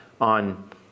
on